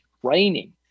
training